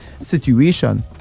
situation